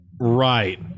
Right